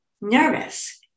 nervous